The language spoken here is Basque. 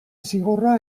zigorra